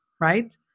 right